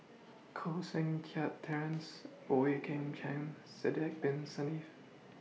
Koh Seng Kiat Terence Boey Kim Cheng Sidek Bin Saniff